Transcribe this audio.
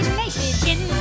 nation